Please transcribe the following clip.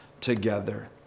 together